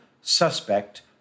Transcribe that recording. suspect